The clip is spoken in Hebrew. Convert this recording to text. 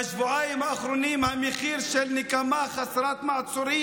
מה אני צריכה רשות דיבור?